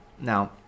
Now